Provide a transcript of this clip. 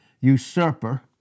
usurper